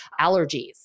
Allergies